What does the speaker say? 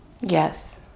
Yes